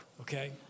okay